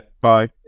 Bye